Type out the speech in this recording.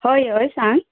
हय हय सांग